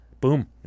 Boom